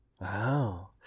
Wow